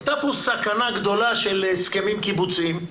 הייתה פה סכנה גדולה של הסכמים קיבוציים.